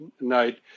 night